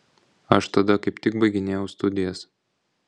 aš tada kaip tik baiginėjau studijas